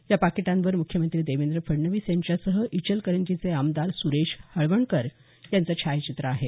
या पाकिटांवर मुख्यमंत्री देवेंद्र फडणवीस यांच्यासह इचलकरंजीचे आमदार सुरेश हळवणकर यांचं छायाचित्र आहे